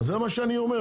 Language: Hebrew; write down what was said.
זה מה שאני אומר.